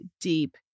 deep